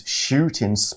shooting